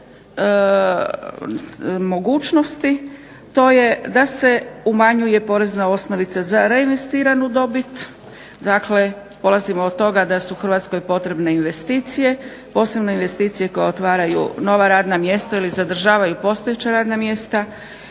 tri mogućnosti. To je da se umanjuje porezna osnovica za reinvestiranu dobit, dakle polazimo od toga da su Hrvatskoj potrebne investicije, posebno investicije koje otvaraju nova radna mjesta ili zadržavaju postojeća radna mjesta,